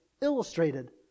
illustrated